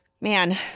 Man